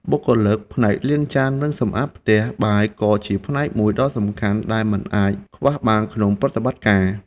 បុគ្គលិកផ្នែកលាងចាននិងសម្អាតផ្ទះបាយក៏ជាផ្នែកមួយដ៏សំខាន់ដែលមិនអាចខ្វះបានក្នុងការប្រតិបត្តិការ។